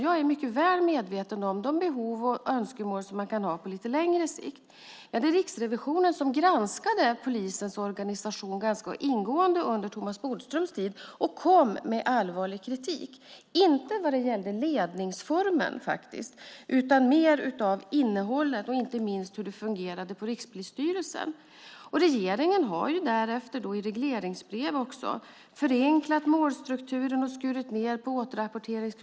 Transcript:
Jag är mycket väl medveten om de behov och önskemål som man kan ha på lite längre sikt. Riksrevisionen granskade polisens organisation ganska ingående under Thomas Bodströms tid och kom med allvarlig kritik. Den gällde inte ledningsformen, utan mer innehållet och inte minst hur det fungerade på Rikspolisstyrelsen. Regeringen har därefter i regleringsbrev förenklat målstrukturen och skurit ned på återrapporteringskrav.